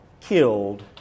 killed